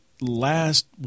last